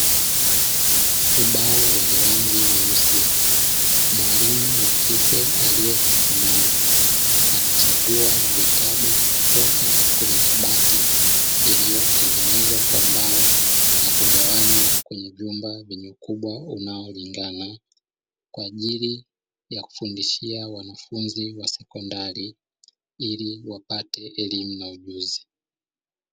Ubao wenye rangi nyeusi, mwalimu wa kike aliyechuchumaa akichagua vitabu kutoka kwenye kabati iliyotengenezwa kwa mbao na kugawanywa kwenye vyumba vyenye ukubwa unaolingana, kwa ajili ya kufundishia wanafunzi wa sekondari ili wapate elimu na ujuzi.